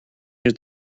near